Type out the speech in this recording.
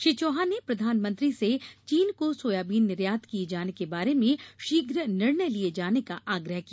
श्री चौहान ने प्रधानमंत्री से चीन को सोयाबीन निर्यात किये जाने के बारे में शीघ्र निर्णय लिये जाने का आग्रह किया